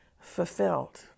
fulfilled